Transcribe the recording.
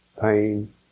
pain